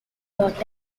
which